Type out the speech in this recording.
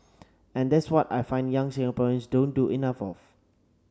and that's what I find young Singaporeans don't do enough of